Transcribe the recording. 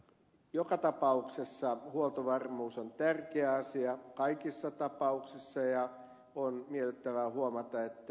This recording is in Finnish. joka tapauksessa huoltovarmuus on tärkeä asia kaikissa tapauksissa ja on miellyttävää huomata että ed